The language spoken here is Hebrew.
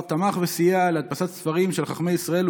ותמך וסייע בהדפסת ספרים של חכמי ישראל,